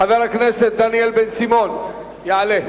חבר הכנסת דניאל בן-סימון יעלה,